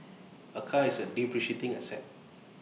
A car is depreciating asset